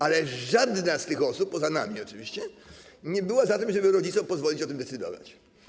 Ale żadna z tych osób, poza nami oczywiście, nie była za tym, żeby rodzicom pozwolić o tym decydować.